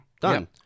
Done